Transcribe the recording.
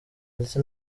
ndetse